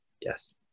yes